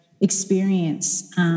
experience